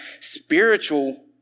spiritual